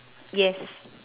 yes